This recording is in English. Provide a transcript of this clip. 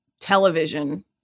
television